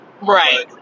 Right